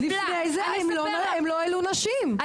לפני זה הם לא העלו נשים,